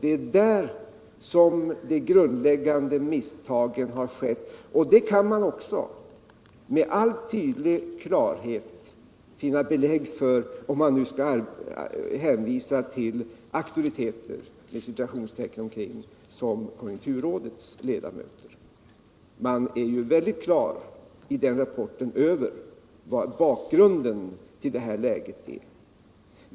Det är där de grundläggande misstagen har skett, och det kan man också med all tydlighet finna belägg för, om jag nu skall hänvisa till s.k. auktoriteter som konjunkturrådets ledamöter. De är ju i sin rapport helt klara över bakgrunden till det nuvarande läget.